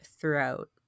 throughout